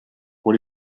what